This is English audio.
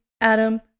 Adam